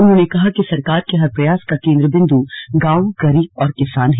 उन्होंने कहा कि सरकार के हर प्रयास का केन्द्र बिन्दु गांव गरीब और किसान हैं